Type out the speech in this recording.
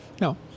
No